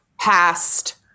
Past